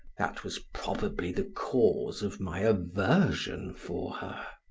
that was probably the cause of my aversion for her.